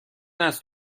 است